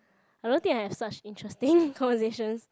I don't think I have such interesting conversations